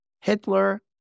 Hitler